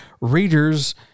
readers